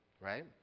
right